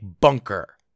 bunker